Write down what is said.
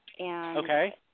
Okay